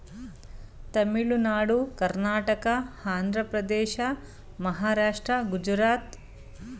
ತಮಿಳುನಾಡು ಕರ್ನಾಟಕ ಆಂಧ್ರಪ್ರದೇಶ ಮಹಾರಾಷ್ಟ್ರ ಗುಜರಾತ್ ರಾಜ್ಯಗಳು ಹೆಚ್ಚಿನ ಅರಿಶಿಣ ಉತ್ಪಾದನೆಯಲ್ಲಿ ಮುಂದಿವೆ